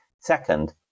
Second